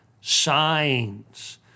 signs